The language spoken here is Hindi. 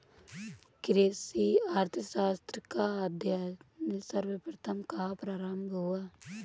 कृषि अर्थशास्त्र का अध्ययन सर्वप्रथम कहां प्रारंभ हुआ?